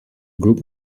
group